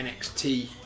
NXT